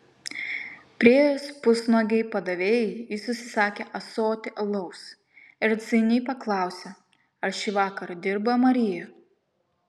priėjus pusnuogei padavėjai jis užsisakė ąsotį alaus ir atsainiai paklausė ar šįvakar dirba marija